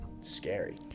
scary